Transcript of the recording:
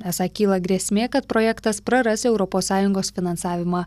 esą kyla grėsmė kad projektas praras europos sąjungos finansavimą